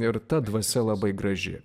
ir ta dvasia labai graži